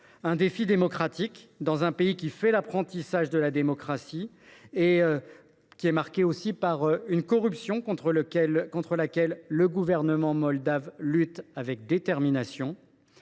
le défi démocratique, d’abord, dans un pays qui fait l’apprentissage de la démocratie et qui est marqué par une corruption contre laquelle le gouvernement actuel lutte avec détermination.